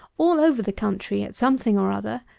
all over the country, at something or other,